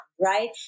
right